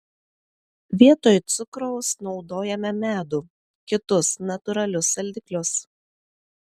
vietoj cukraus naudojame medų kitus natūralius saldiklius